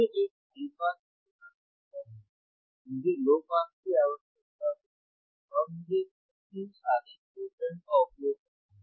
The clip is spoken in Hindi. मुझे एक हाई पास की आवश्यकता होगी मुझे लो पास की आवश्यकता होगी और मुझे एक एक्टिव साधन OP AMP का उपयोग करना होगा